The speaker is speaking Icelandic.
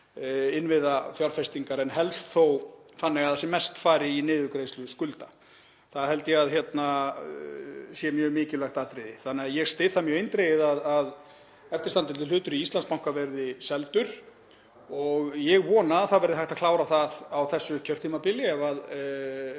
innviðafjárfestingar, en helst þó þannig að sem mest fari í niðurgreiðslu skulda. Ég held að það sé mjög mikilvægt atriði. Ég styð það mjög eindregið að eftirstandandi hlutur í Íslandsbanka verði seldur og ég vona að hægt verði að klára það á þessu kjörtímabili ef það